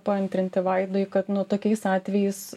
paantrinti vaidui kad nu tokiais atvejais